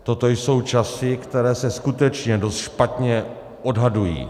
Toto jsou časy, které se skutečně dost špatně odhadují.